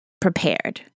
prepared